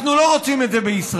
אנחנו לא רוצים את זה בישראל.